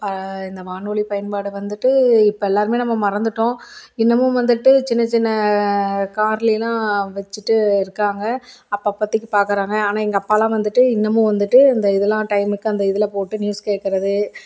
பா இந்த வானொலி பயன்பாடு வந்துவிட்டு இப்போ எல்லாருமே நம்ம மறந்துவிட்டோம் இன்னமும் வந்துவிட்டு சின்ன சின்ன கார்லையிலாம் வச்சுட்டு இருக்காங்க அப்ப அப்பதைக்கு பார்க்குறாங்க ஆனால் எங்கள் அப்பா எல்லாம் வந்துவிட்டு இன்னமும் வந்துவிட்டு இந்த இதெல்லாம் டைமுக்கு அந்த இதில் போட்டு நியூஸ் கேட்கறது